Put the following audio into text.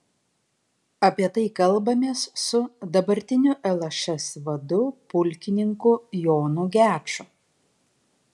apie tai kalbamės su dabartiniu lšs vadu pulkininku jonu geču